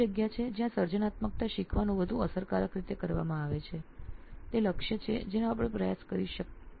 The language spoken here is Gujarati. આ તે જગ્યા છે જ્યાં સર્જનાત્મકતા શીખવાનું વધુ અસરકારક રીતે કરવામાં આવે છે તે લક્ષ્ય છે જેનો આપણે પ્રયાસ કરી રહ્યા છીએ